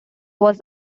was